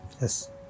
Yes